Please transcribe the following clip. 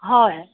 হয়